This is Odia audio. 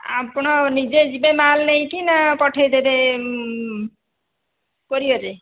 ଆପଣ ନିଜେ ଯିବେ ମାଲ୍ ନେଇକି ନା ପଠେଇଦେବେ କୋରିଅର ରେ